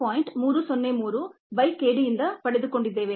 303 by k d ಯಿಂದ ಪಡೆದುಕೊಂಡಿದ್ದೇವೆ